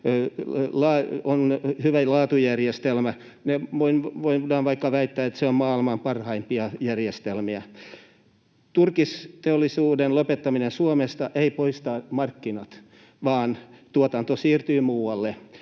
on hyvä laatujärjestelmä, voidaan vaikka väittää, että se on maailman parhaimpia järjestelmiä. Turkisteollisuuden lopettaminen Suomesta ei poista markkinoita, vaan tuotanto siirtyy muualle.